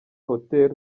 hotel